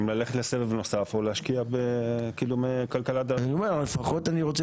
אם ללכת לסבב נוסף או להשקיע בכלכלה --- לפחות אני רוצה